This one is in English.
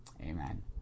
amen